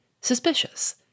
suspicious